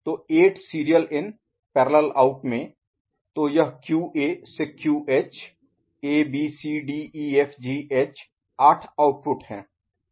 तो 8 serial in parallel out में तो यह क्यूए से Q H A B C D E F G H A B C D E F G H आठ output हैं